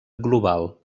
global